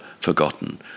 forgotten